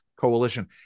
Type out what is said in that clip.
Coalition